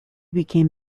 became